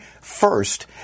first